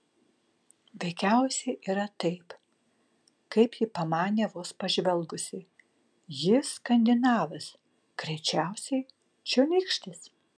veikiausiai yra taip kaip ji pamanė vos pažvelgusi jis skandinavas greičiausiai čionykštis